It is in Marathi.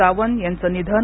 सावंत यांचं निधन